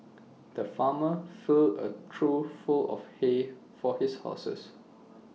the farmer filled A trough full of hay for his horses